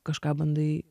kažką bandai